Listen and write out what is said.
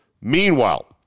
Meanwhile